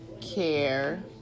care